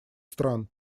стран